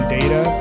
data